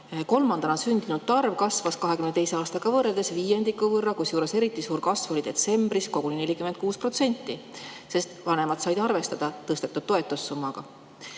kolmandana sündinute arv kasvas 2022. aastaga võrreldes viiendiku võrra, kusjuures eriti suur kasv oli detsembris, koguni 46%, sest vanemad said arvestada tõstetud toetussummaga. Kahjuks